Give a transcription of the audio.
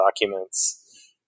documents